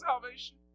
salvation